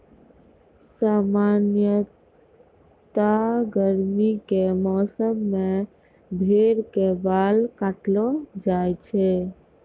सामान्यतया गर्मी के मौसम मॅ भेड़ के बाल काटलो जाय छै